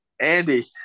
andy